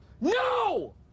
No